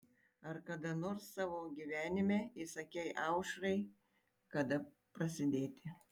ar kada nors savo gyvenime įsakei aušrai kada prasidėti